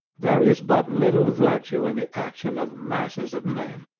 there is but little virtue in the action of masses of men.